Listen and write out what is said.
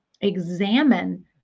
examine